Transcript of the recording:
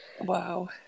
Wow